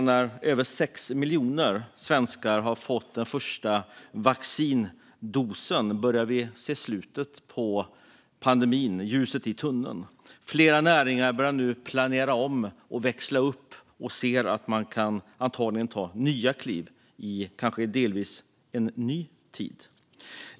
Nu när över 6 miljoner har fått den första vaccindosen börjar vi se slutet av pandemin, ljuset i tunneln. Flera näringar börjar nu planera om och växla upp. De ser att man kan ta nya kliv i en ny tid.